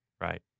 right